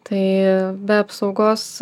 tai be apsaugos